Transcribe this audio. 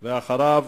אחריו,